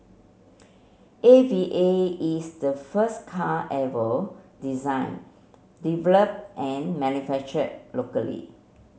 A V A is the first car ever design developed and manufacture locally